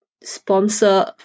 sponsor